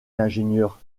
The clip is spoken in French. l’ingénieur